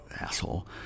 asshole